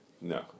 no